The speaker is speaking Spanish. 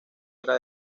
era